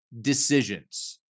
decisions